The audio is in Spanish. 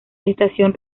estación